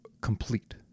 complete